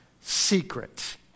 secret